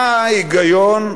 מה ההיגיון?